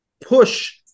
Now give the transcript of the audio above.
push